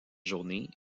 journée